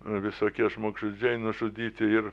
visokie žmogžudžiai nužudyti ir